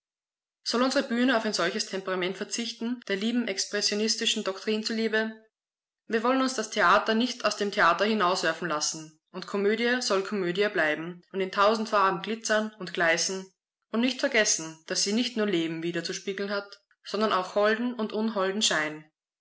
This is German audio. soll unsere bühne auf ein solches temperament verzichten der lieben expressionistischen doktrin zuliebe wir wollen uns das theater nicht aus dem theater hinauswerfen lassen und komödie soll komödie bleiben und in tausend farben glitzern und gleißen und nicht vergessen daß sie nicht nur leben widerzuspiegeln hat sondern auch holden und unholden schein